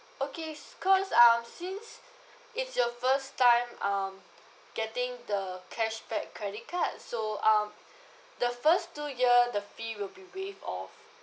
okay s~ cause um since it's your first time um getting the cashback credit card so um the first two year the fee will be waived off